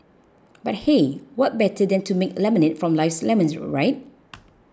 but hey what better than to make lemonade from life's lemons right